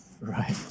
right